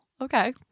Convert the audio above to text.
Okay